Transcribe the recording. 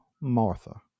Martha